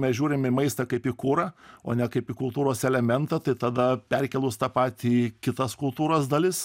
mes žiūrim į maistą kaip į kurą o ne kaip į kultūros elementą tai tada perkėlus tą patį į kitas kultūras dalis